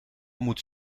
moet